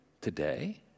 today